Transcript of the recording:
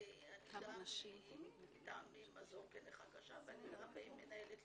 אני גם --- כנכה קשה ואני גם ---.